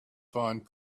find